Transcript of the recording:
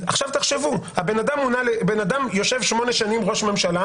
תחשבו, בן-אדם יושב 8 שנים ראש ממשלה